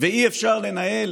ואי-אפשר לנהל